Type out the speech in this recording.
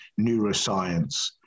neuroscience